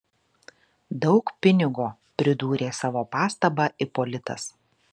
daug pinigo pridūrė savo pastabą ipolitas